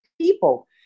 people